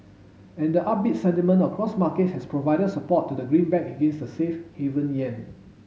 and the upbeat sentiment across markets has provided support to the greenback against the safe haven yen